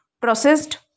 processed